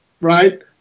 right